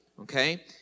okay